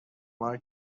باره